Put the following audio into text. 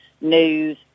News